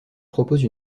propose